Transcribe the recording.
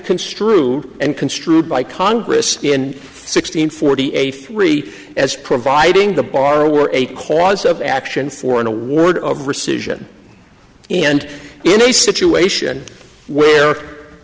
construed and construed by congress in sixteen forty eight three as providing the borrower eight cause of action for an award of rescission and in a situation where